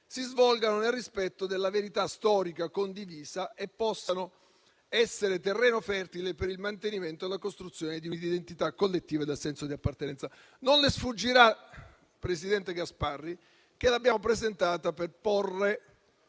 si svolgano nel rispetto della verità storica condivisa e possano essere terreno fertile per il mantenimento e la costruzione di un'identità collettiva e del senso di appartenenza. Non le sfuggirà, presidente Gasparri, che l'abbiamo presentata per porre